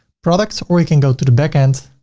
products or you can go to the backend,